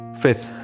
fifth